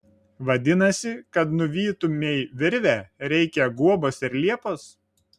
vadinasi kad nuvytumei virvę reikia guobos ir liepos